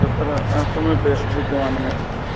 तत्र समीपे विद्यमानम् अस्ति